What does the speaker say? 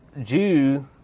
Jew